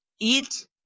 eat